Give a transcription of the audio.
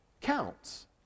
counts